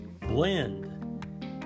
blend